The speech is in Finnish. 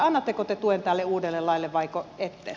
annatteko te tuen tälle uudelle laille vaiko ette